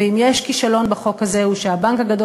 ואם יש כישלון בחוק הזה הוא שהבנק הגדול